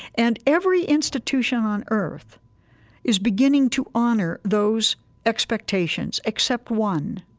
and every institution on earth is beginning to honor those expectations except one.